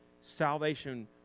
salvation